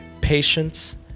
patience